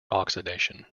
oxidation